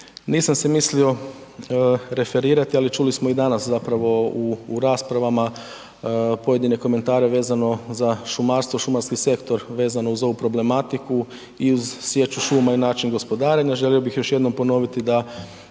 Nisam se mislio referirati, ali čuli smo i danas zapravo u, u raspravama pojedine komentare vezano za šumarstvo, šumarski sektor vezano uz ovu problematiku i uz sječu šuma i način gospodarenja. Želio bih još jednom ponoviti da